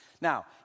Now